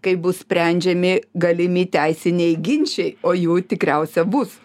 kaip bus sprendžiami galimi teisiniai ginčiai o jų tikriausia bus